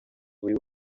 buri